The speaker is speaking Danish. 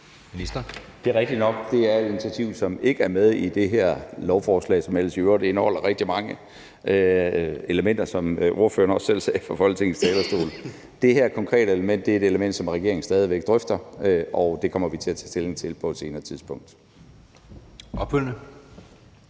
Det er rigtigt nok, at det er et initiativ, som ikke er med i det her lovforslag, som jo ellers i øvrigt indeholder rigtig mange elementer, som ordføreren også selv sagde fra Folketingets talerstol. Det konkrete element er et element, som regeringen stadig væk drøfter, og vi kommer til at tage stilling til det på et senere tidspunkt.